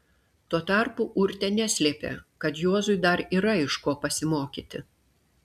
tuo tarpu urtė neslėpė kad juozui dar yra iš ko pasimokyti